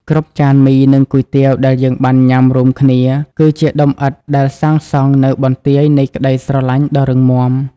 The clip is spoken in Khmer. គ្រប់ចានមី និងគុយទាវដែលយើងបានញ៉ាំរួមគ្នា គឺជាដុំឥដ្ឋដែលសាងសង់នូវបន្ទាយនៃក្តីស្រឡាញ់ដ៏រឹងមាំ។